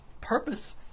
purpose